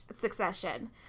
succession